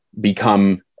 become